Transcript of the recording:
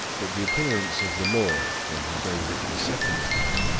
but the appearance of the lord, when he gave it the second time,